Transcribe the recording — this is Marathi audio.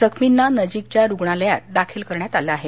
जखमींना नजीकच्या रुग्णालयात दाखल करण्यात आलं आहे